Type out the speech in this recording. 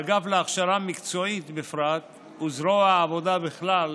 האגף להכשרה מקצועית בפרט וזרוע העבודה בכלל